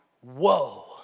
whoa